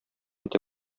итә